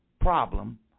problem